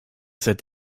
cet